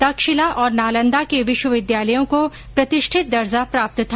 तक्षशिला और नालंदा के विश्वविद्यालयों को प्रतिष्ठित दर्जा प्राप्त था